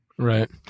Right